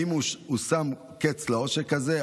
האם הושם קץ לעושק הזה,